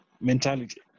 mentality